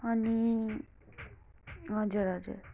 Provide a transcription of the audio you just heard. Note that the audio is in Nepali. अनि हजुर हजुर